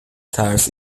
ترس